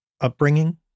upbringing